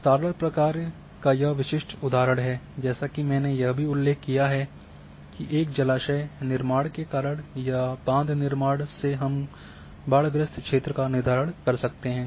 विस्तारण प्रक्रिया का यह विशिष्ट उदाहरण है जैसा कि मैंने यह भी उल्लेख किया है कि एक जलाशय निर्माण के कारण या बांध निर्माण से हम बाढ़ग्रस्त क्षेत्र का निर्धारण कर सकते हैं